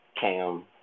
Cam